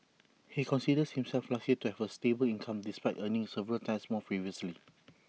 he considers himself lucky to have A stable income despite earning several times more previously